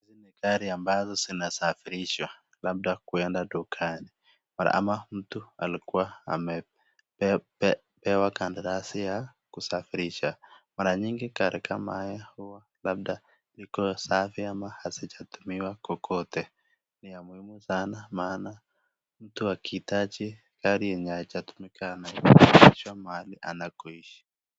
Gari ambazo zinasafirishwa labda kuenda dukani ama mtu alikuwa amepewa kandarasi ya kusafirisha. Mara nyingi gari kama haya huwa labda iko safi ama hazijatumiwa kokote, ni ya muhimu sana maana mtu akihitaji gari yenye haijatumika anapelekwa mahali anakoishi.